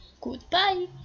goodbye